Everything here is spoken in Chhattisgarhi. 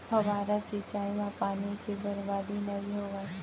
फवारा सिंचई म पानी के बरबादी नइ होवय